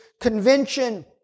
convention